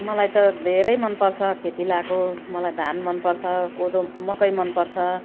मलाई त धेरै मन पर्छ खेती लगाएको मलाई धान मन पर्छ कोदो मकै मन पर्छ